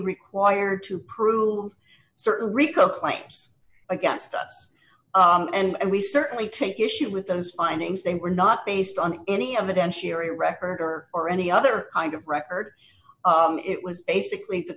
required to prove certain rico claims against us and we certainly take issue with those findings they were not based on any evidence here a record or or any other kind of record it was basically the